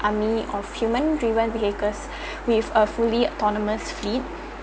army of human driven vehicles with a fully autonomous